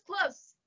close